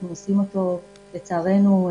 לצערנו,